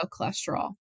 cholesterol